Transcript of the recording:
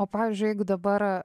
o pavyzdžiui jeigu dabar